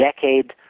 decade